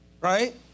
right